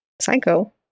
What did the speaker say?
Psycho